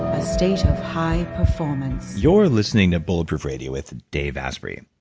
a state of high performance you're listening to bulletproof radio with dave asprey.